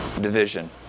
division